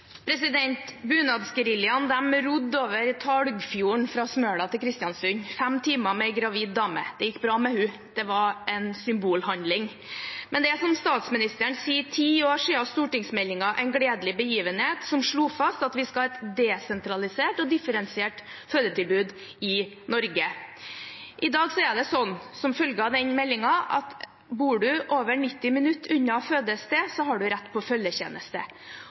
Smøla til Kristiansund, i fem timer med en gravid dame. Det gikk bra med henne. Det var en symbolhandling. Det er, som statsministeren sa, ti år siden stortingsmeldingen En gledelig begivenhet slo fast at vi skal ha et desentralisert og differensiert fødetilbud i Norge. Som følge av den meldingen er det slik i dag at bor du over 90 minutter unna et fødested, har du rett på følgetjeneste.